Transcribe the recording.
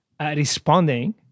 responding